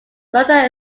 further